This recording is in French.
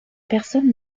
personne